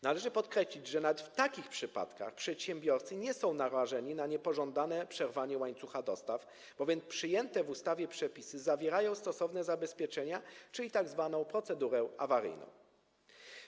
Należy podkreślić, że nawet w takich przypadkach przedsiębiorcy nie są narażeni na niepożądane przerwanie łańcucha dostaw, bowiem przyjęte w ustawie przepisy obejmują stosowne zabezpieczenia, czyli tzw. procedurę awaryjną.